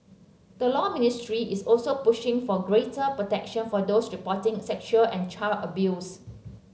the Law Ministry is also pushing for greater protection for those reporting sexual and child abuse